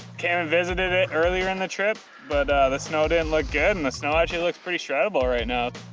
came and visited it earlier in the trip but the snow didn't look good and the snow actually looks pretty shreddable right now.